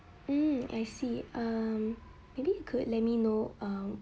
mm I see um maybe you could let me know um